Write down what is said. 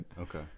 Okay